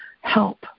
help